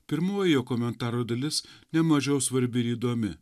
pirmoji jo komentaro dalis ne mažiau svarbi ir įdomi